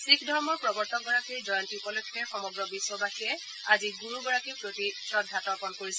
শিখ ধৰ্মৰ প্ৰৱৰ্তকগৰাকীৰ জয়ন্তী উপলক্ষে সমগ্ৰ বিধ্বাসীয়ে আজি গুৰুগৰাকীৰ প্ৰতি শ্ৰদ্ধাতপণ কৰিছে